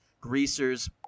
greasers